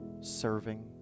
serving